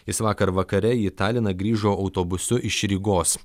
jis vakar vakare į taliną grįžo autobusu iš rygos